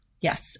Yes